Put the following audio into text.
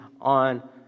on